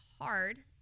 hard